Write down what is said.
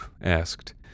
asked